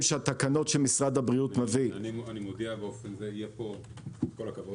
שהתקנות שמשרד הבריאות מביא --- עם כל הכבוד,